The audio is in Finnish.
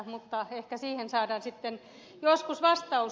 mutta ehkä siihen saadaan joskus vastaus